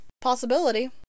possibility